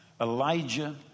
Elijah